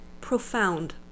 Profound